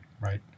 Right